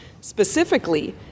Specifically